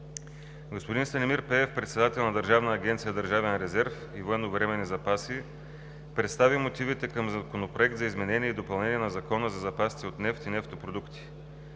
Господин Станимир Пеев – председател на Държавна агенция „Държавен резерв и военновременни запаси“, представи мотивите към Законопроекта за изменение и допълнение на Закона за запасите от нефт и нефтопродукти.